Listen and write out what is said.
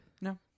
No